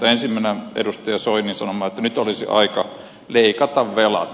ensimmäinen on edustaja soinin sanoma että nyt olisi aika leikata velat